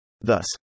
Thus